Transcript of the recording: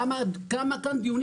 כמה כאן דיונים?